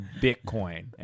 bitcoin